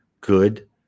good